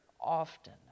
often